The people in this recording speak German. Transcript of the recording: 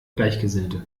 gleichgesinnte